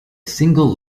single